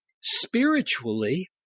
spiritually